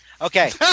Okay